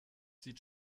sieht